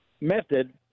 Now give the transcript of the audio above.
method